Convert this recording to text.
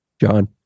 John